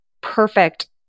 perfect